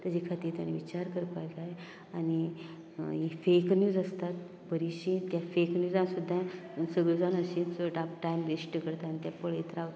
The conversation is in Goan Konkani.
तेजे खातीर तेणें विचार करपाक जाय आनी ही फेक निव्ज आसता बरीचशीं त्या फेक निव्जान सुद्दां सगले जाण अशें चड टायम वेस्ट करतात आनी तें पळयत रावतात